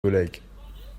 collègues